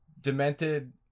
demented